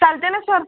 चालते ना सर